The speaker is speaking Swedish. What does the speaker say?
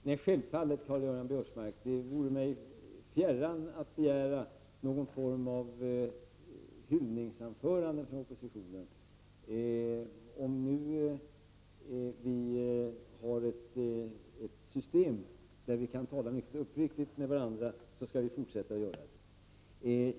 Fru talman! Det vore mig självfallet fjärran att begära någon form av hyllningsanförande från oppositionen, Karl-Göran Biörsmark. Om vi nu har ett system där vi kan tala mycket uppriktigt med varandra skall vi givetvis fortsätta att göra det.